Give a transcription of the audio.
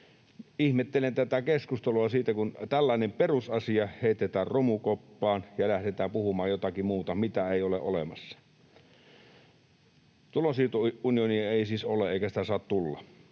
Ihmettelen tätä keskustelua, kun tällainen perusasia heitetään romukoppaan ja lähdetään puhumaan jotakin muuta, sellaista, mitä ei ole olemassa. Tulonsiirtounionia ei siis ole, eikä sitä saa tulla.